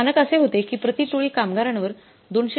मानक असे होते की प्रति टोळी कामगारांवर 202